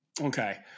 Okay